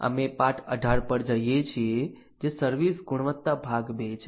અમે પાઠ 18 પર જઈએ છીએ જે સર્વિસ ગુણવત્તા ભાગ 2 છે